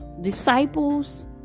Disciples